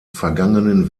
vergangenen